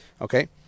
okay